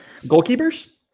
Goalkeepers